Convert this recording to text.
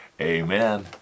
Amen